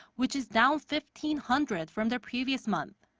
which is down fifteen hundred from the previous month.